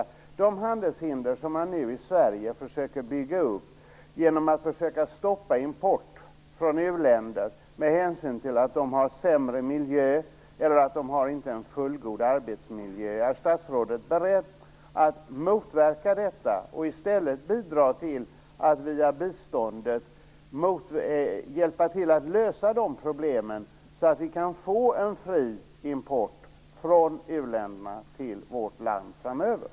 Är statsrådet beredd att motverka de handelshinder som Sverige nu försöker bygga upp genom att försöka stoppa import från u-länder med hänvisning till att de har sämre miljö eller en arbetsmiljö som inte fullgod och i stället bidra till att hjälpa till lösa de problemen via biståndet? Då kan vi få en fri import från u-länderna till vårt land framöver.